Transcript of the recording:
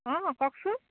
অঁ কওকচোন